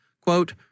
Quote